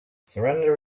surrender